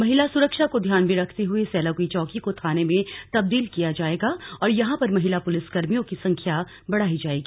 महिला सुरक्षा को ध्यान में रखते हुए सेलाकुई चौकी को थाने मे तब्दील किया जाएगा और यहां पर महिला पुलिस कर्मियों की संख्या बढ़ाई जाएगी